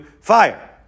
fire